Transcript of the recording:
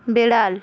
বিড়াল